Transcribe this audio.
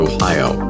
Ohio